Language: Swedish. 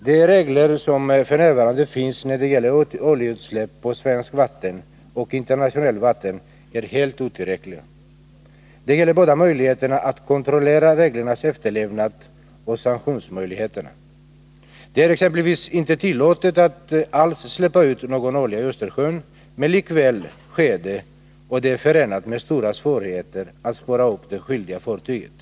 Herr talman! De regler som f. n. finns när det gäller oljeutsläpp i svenskt och internationellt vatten är helt otillräckliga. Det gäller både möjligheterna att kontrollera reglernas efterlevnad och sanktionsmöjligheterna. Det är exempelvis inte tillåtet att alls släppa ut någon olja i Östersjön, men likväl sker detta, och det är förenat med stora svårigheter att spåra upp det skyldiga fartyget.